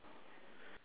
okay